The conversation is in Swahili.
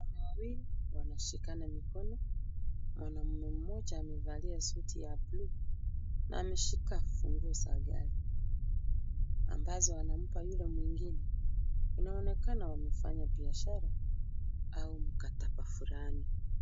Wanaume wawili wanashikana mikono, mwanaume mmoja amevalia suti ya bluu na ameshika funguo za gari ambazo anampa yule mwingine. Inaonekana wamefanya biashara au mkataba fulani.